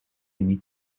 niet